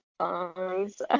songs